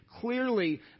clearly